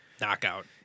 Knockout